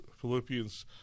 Philippians